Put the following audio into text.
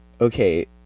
okay